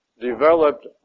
developed